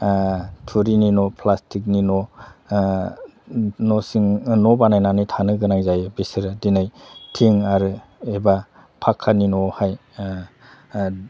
थुरिनि न' प्लासटिकनि न' न' बानायनानै थानो गोनां जायो बिसोरो दिनै थिं आरो एबा फाखानि न'आवहाय